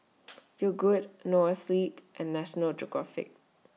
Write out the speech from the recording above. Yogood Noa Sleep and National Geographic